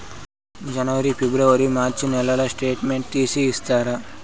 జనవరి, ఫిబ్రవరి, మార్చ్ నెలల స్టేట్మెంట్ తీసి ఇస్తారా?